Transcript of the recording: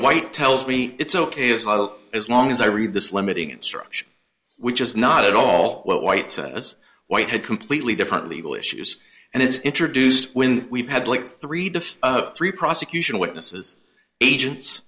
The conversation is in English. white tells me it's ok as well as long as i read this limiting instruction which is not at all what white as white had completely different legal issues and it's introduced when we've had like three different three prosecution witnesses agents